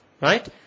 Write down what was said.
right